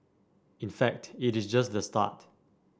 in fact it is just the start